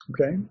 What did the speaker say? Okay